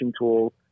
tool